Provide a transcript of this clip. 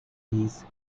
please